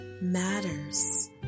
matters